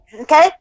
Okay